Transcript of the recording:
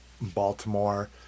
Baltimore